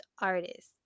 artist